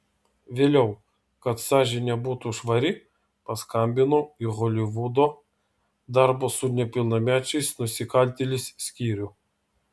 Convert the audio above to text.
vėliau kad sąžinė būtų švari paskambinau į holivudo darbo su nepilnamečiais nusikaltėliais skyrių